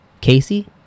Casey